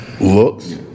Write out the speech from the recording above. looks